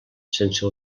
sense